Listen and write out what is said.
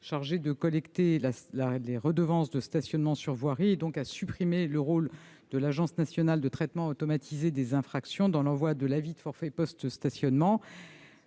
chargées de collecter les redevances de stationnement sur voirie. Il vise donc à supprimer le rôle de l'Agence nationale de traitement automatisé des infractions dans l'envoi de l'avis de forfait post-stationnement.